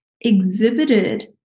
exhibited